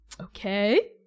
Okay